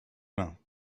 mains